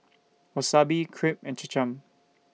Wasabi Crepe and Cham Cham